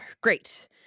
Great